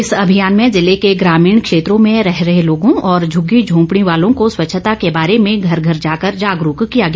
इस अभियान में जिले के ग्रमीण क्षेत्रों में रह रहे लोगों और झुग्गी झोंपड़ी वालों को स्वच्छता के बारे में घर घर जाकर जागरूक किया गया